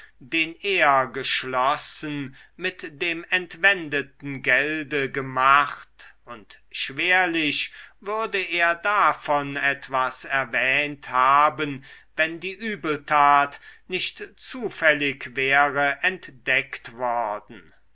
den er geschlossen mit dem entwendeten gelde gemacht und schwerlich würde er davon etwas erwähnt haben wenn die übeltat nicht zufällig wäre entdeckt worden